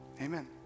Amen